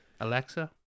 Alexa